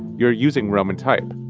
you're using roman type.